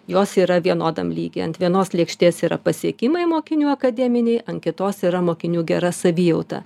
jos yra vienodam lygy ant vienos lėkštės yra pasiekimai mokinių akademiniai ant kitos yra mokinių gera savijauta